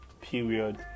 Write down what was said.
period